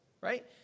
right